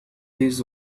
this